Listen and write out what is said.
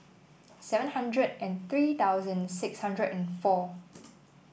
seven hundred and three thousand six hundred and four